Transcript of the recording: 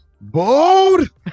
BOLD